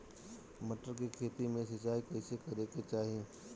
मटर के खेती मे सिचाई कइसे करे के चाही?